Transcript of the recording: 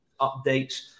updates